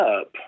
up